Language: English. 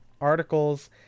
articles